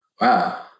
Wow